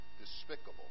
despicable